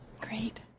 Great